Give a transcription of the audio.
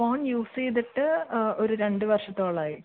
phone use ചെയ്തിട്ട് ഒരു രണ്ട് വർഷത്തോളം ആയി